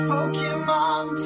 Pokemon